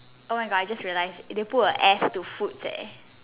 oh my god I just realised they put a S to foods eh